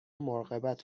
مراقبت